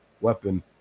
weapon